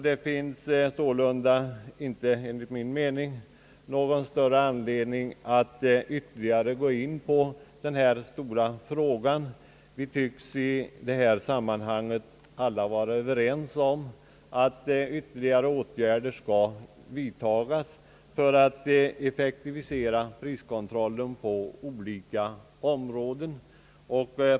Det finns sålunda enligt min mening inte någon större anledning att ytterligare gå in på denna stora fråga. Vi tycks alla vara Ööver ens om att ytterligare åtgärder skall vidtas för att effektivisera priskontrollen på olika områden.